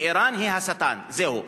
שאירן היא השטן, זהו.